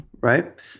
right